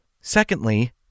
Secondly